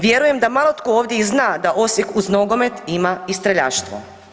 Vjerujem da malo tko ovdje i zna da Osijek, uz nogomet ima i streljaštvo.